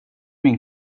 min